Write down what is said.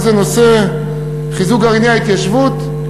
אחד זה נושא חיזוק גרעיני התיישבות,